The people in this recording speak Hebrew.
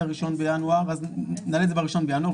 ה-1 בינואר אז נעלה את זה ב-1 בינואר,